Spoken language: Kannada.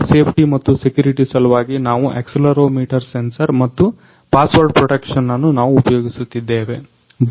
ಬೈಕ್ ಸೇಫ್ಟಿ ಮತ್ತು ಸೆಕ್ಯರಿಟಿ ಸಲುವಾಗಿ ನಾವು ಆಕ್ಸಿಲೆರೊಮೀಟರ್ ಸೆನ್ಸರ್ ಮತ್ತು ಪಾಸ್ವರ್ಡ್ ಪ್ರೊಟೆಕ್ಷನ್ ಅನ್ನು ನಾವು ಉಪಯೋಗಿಸುತ್ತಿದ್ದೇವೆ